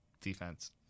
Defense